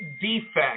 defect